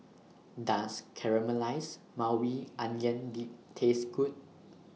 Does Caramelized Maui Onion Dip Taste Good